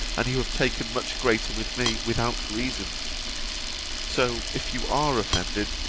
and you have taken much greater with me, without reason so, if you are offended,